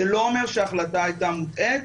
זה לא אומר שההחלטה הייתה מוטעית,